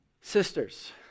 Sisters